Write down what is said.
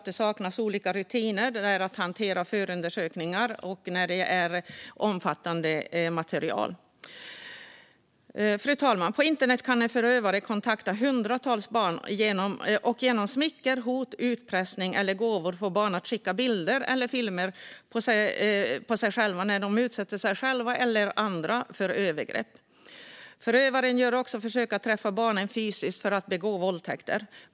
Det saknas olika rutiner för att hantera förundersökningar med omfattande material. Fru talman! På internet kan en förövare kontakta hundratals barn och genom smicker, hot, utpressning eller gåvor få barn att skicka bilder eller filmer på sig själva där de utsätter sig själva eller andra för övergrepp. Förövaren gör också försök att träffa barnen fysiskt för att begå våldtäkter.